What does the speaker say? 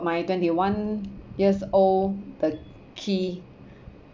my twenty one years old the key